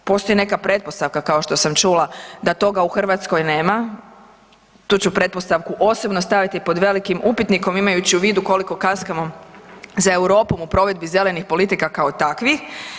Postoji neka pretpostavka kao što sam čula da toga u Hrvatskoj nema, tu ću pretpostavku osobno staviti pod velikim upitnikom imajući u vidu koliko kaskamo za Europom u provedbi zelenih politika kao takvih.